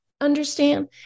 understand